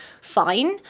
fine